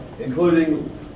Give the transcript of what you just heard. including